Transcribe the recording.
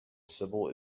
civil